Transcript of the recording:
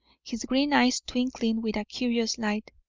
his green eyes twinkling with a curious light,